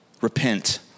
repent